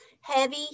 heavy